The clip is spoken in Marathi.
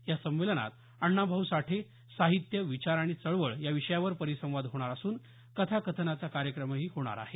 या संमेलनात अण्णाभाऊ साठे साहित्य विचार आणि चळवळ या विषयावर परिसंवाद होणार असून कथाकथनाचा कार्यक्रम ही होणार आहे